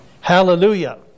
Hallelujah